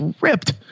ripped